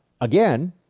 again